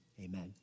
Amen